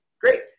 great